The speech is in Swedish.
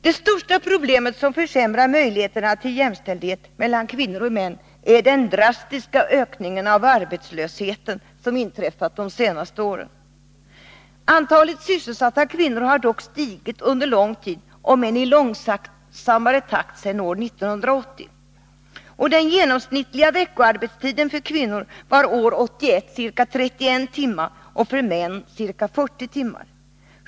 Det största problemet när det gäller möjligheterna att uppnå jämställdhet mellan kvinnor och män är den drastiska ökning av arbetslösheten som konstaterats de senaste åren. Antalet sysselsatta kvinnor har dock stigit under lång tid, om än i långsammare takt sedan år 1980. Den genomsnittliga veckoarbetstiden år 1981 var för kvinnor 31 timmar och för män 40 timmar.